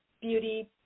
beauty